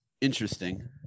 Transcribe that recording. interesting